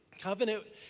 Covenant